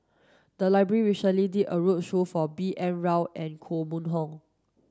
the library recently did a roadshow for B N Rao and Koh Mun Hong